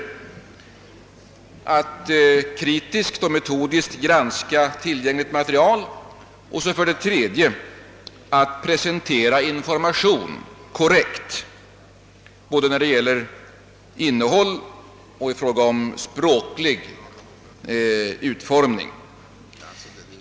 För det andra skall de kritiskt och metodiskt lära sig att granska tillgängligt material och för det tredje skall de korrekt presentera information både när det gäller innehåll och språklig utformning.